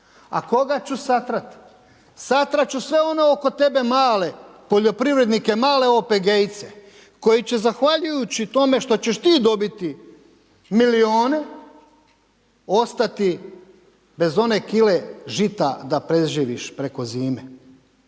A koga ću satrat? Satrat ću sve one oko tebe male poljoprivrednike, male OPG-ice koji će zahvaljujući tome što ćeš ti dobiti milione ostati bez one kile žita da prežive preko zime.